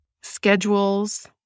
schedules